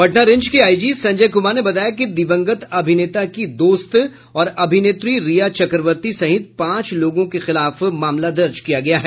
Patna range के IG Sanjay Kumar ने बताया कि दिवंगत अभिनेता की दोस्त और अभिनेत्री रिया चक्रवर्ती सहित पांच लोगों के खिलाफ मामला दर्ज किया गया है